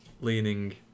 leaning